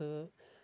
تہٕ